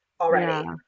already